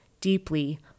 deeply